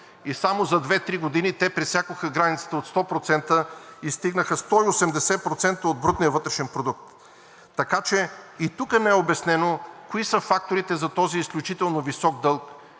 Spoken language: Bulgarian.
и само за 2 – 3 години те пресякоха границата от 100% и стигнаха 180% от брутния вътрешен продукт. Така че и тук не е обяснено кои са факторите за този изключително висок дълг,